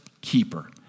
keeper